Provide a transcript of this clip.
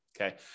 Okay